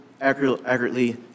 accurately